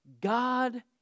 God